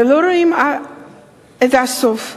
ולא רואים את הסוף.